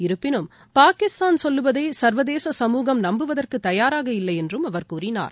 இருப்பினும் பாகிஸ்தான் சொல்லுவதை சர்வதேச சமூகம் நம்புவதற்கு தயாரா இல்லை என்றும் அவர் கூறினார்